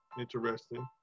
interesting